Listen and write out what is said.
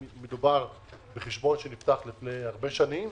אם מדובר בחשבון שנפתח לפני הרבה שנים,